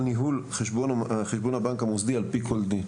ניהול חשבון הבנק המוסדי על פי כל דין".